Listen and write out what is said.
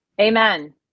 amen